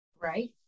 right